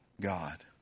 God